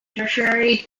tertiary